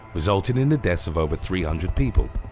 resulting in the deaths of over three hundred people.